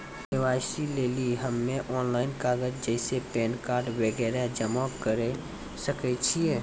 KYC लेली हम्मय online कागज जैसे पैन कार्ड वगैरह जमा करें सके छियै?